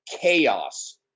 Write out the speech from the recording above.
chaos